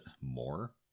more